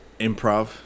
Improv